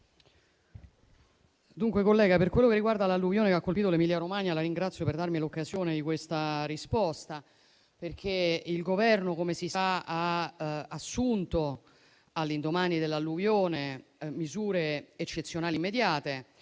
De Cristofaro, per quello che riguarda l'alluvione che ha colpito l'Emilia-Romagna, la ringrazio per darmi l'occasione di questa risposta, perché il Governo - come si sa - ha assunto, all'indomani dell'alluvione, misure eccezionali, immediate,